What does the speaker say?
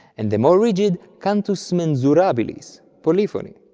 and the more rigid cantus mensurabilis, polyphony,